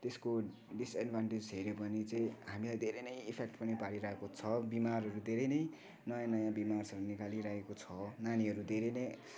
त्यसको डिसएडभान्टेज हेऱ्यो भने चाहिँ हामीलाई धेरै नै इफेक्ट पारिरहेको छ बिमारहरू धेरै नै नयाँ नयाँ बिमारहरू निकालिरहेको छ नानीहरू धेरै नै